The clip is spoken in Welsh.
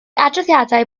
adroddiadau